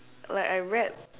like I read